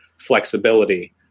flexibility